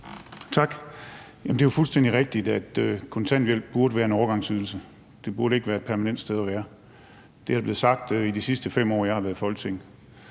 Tak. Det er jo fuldstændig rigtigt, at kontanthjælp burde være en overgangsydelse. Det burde ikke være et permanent sted at være. Det er der blevet sagt, de sidste 5 år jeg har været i Folketinget,